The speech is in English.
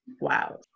wow